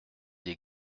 des